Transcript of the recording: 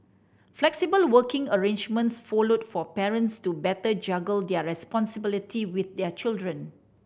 flexible working arrangements followed for parents to better juggle their responsibility with their children